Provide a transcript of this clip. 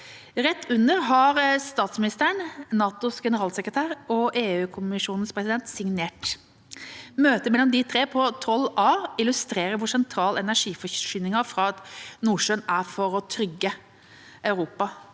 Rett under har statsministeren, NATOs generalsekretær og EU-kommisjonens president signert. Møtet mellom de tre på Troll A illustrerer hvor sentral energiforsyningen fra Nordsjøen er for å trygge Europa,